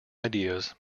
ideas